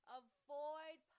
avoid